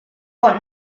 got